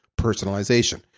personalization